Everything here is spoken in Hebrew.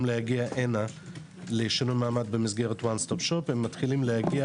להגיע הנה לשינוי מעמד במסגרת וואן סטופ שופ מגיעים